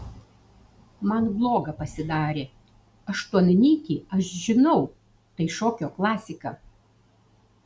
man bloga pasidarė aštuonnytį aš žinau tai šokio klasika